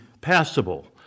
passable